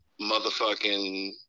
motherfucking